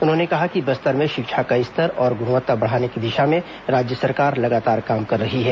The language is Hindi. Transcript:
उन्होंने कहा कि बस्तर में शिक्षा का स्तर और गुणवत्ता बढ़ाने की दिशा में राज्य सरकार लगातार काम कर रही है